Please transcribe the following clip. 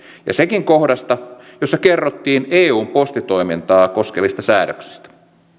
ja sekin kohdasta jossa kerrottiin eun postitoimintaa koskevista säädöksistä